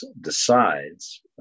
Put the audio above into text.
decides